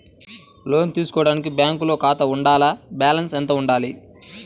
లోను తీసుకోవడానికి బ్యాంకులో ఖాతా ఉండాల? బాలన్స్ ఎంత వుండాలి?